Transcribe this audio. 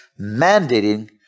mandating